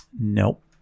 nope